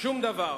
שום דבר.